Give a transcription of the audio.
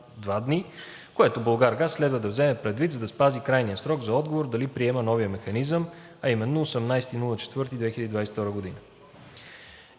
което „Булгаргаз“ следва да вземе предвид, за да спази крайния срок за отговор дали приема новия механизъм, а именно18 април 2022 г.